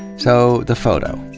so, the photo.